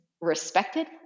respected